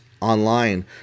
online